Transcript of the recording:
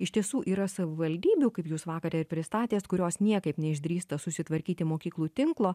iš tiesų yra savivaldybių kaip jūs vakar ir pristatėt kurios niekaip neišdrįsta susitvarkyti mokyklų tinklo